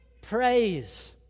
praise